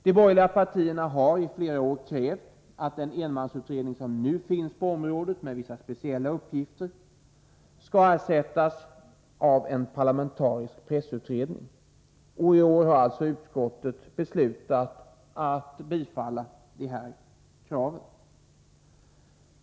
De borgerliga partierna har i flera år krävt att den enmansutredning som nu finns på området, med vissa speciella uppgifter, skulle ersättas av en parlamentarisk pressutredning. I år har alltså utskottet beslutat att tillstyrka det kravet.